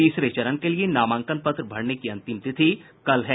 तीसरे चरण के लिये नामांकन पत्र भरने की अंतिम तिथि कल है